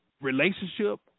relationship